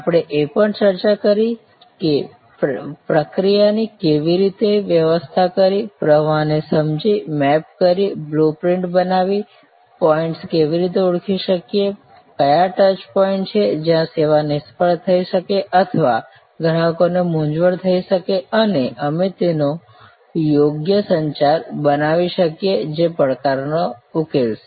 આપણે એ પણ ચર્ચા કરી કે પ્રક્રિયાની કેવી રીતે વ્યવસ્થા કરી પ્રવાહને સમજી મેપ કરીબ્લૂ પ્રિન્ટ બનાવી પોઈંટસ કેવી રીતે ઓળખી શકીએ ક્યાં ટચ પોઇન્ટ્સ છે જ્યાં સેવા નિષ્ફળ થઈ શકે અથવા ગ્રાહક ને મૂંઝવણ થઈ શકે અને અમે તેમનો યોગ્ય સંચાર બનાવી શકીએ જે પડકારને ઉકેલશે